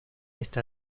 está